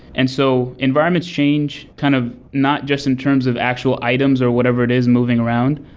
and so environments change kind of not just in terms of actual items or whatever it is moving around,